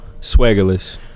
swaggerless